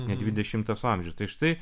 ne dvidešimtas amžius tai štai